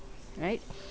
alright